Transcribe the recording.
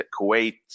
Kuwait